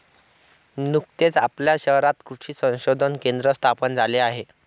नुकतेच आपल्या शहरात कृषी संशोधन केंद्र स्थापन झाले आहे